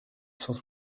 cent